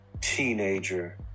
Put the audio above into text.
teenager